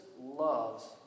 loves